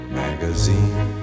magazine